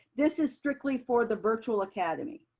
this is strictly for the virtual academy.